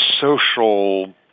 social